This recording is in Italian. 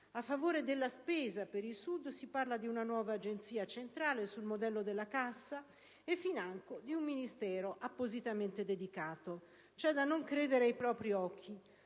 A favore della spesa per il Sud si parla di una nuova Agenzia centrale, sul modello della Cassa, e financo di un Ministero appositamente dedicato. C'è da non credere ai propri occhi!